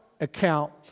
account